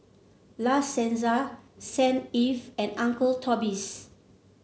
La Senza Saint Ives and Uncle Toby's